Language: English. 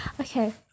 okay